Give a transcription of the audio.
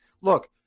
look –